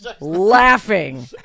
laughing